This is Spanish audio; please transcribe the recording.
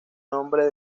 nombre